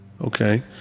Okay